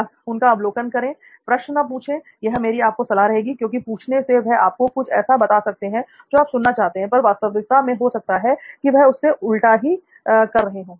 उनका अवलोकन करें प्रश्न ना पूछे यह मेरी आपको सलाह रहेगी क्योंकि पूछने से वह आपको कुछ ऐसा बता सकते हैं जो आप सुनना चाहते हैं पर वास्तविकता में हो सकता है कि वह उससे कुछ उल्टा ही कर रहे हो